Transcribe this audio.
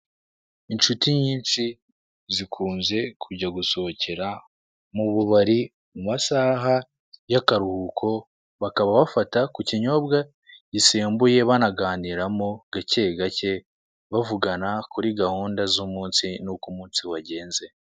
Inshuti nyinshi zikunze kujya gusohokera mu bubari mu masaha y'akaruhuko, bakaba bafata ku kinyobwa gisembuye banaganiramo gake gake bavugana kuri gahunda z'umunsi n'uko umunsi wagenze.